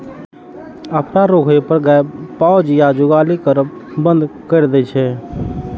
अफरा रोग होइ पर गाय पाउज या जुगाली करब बंद कैर दै छै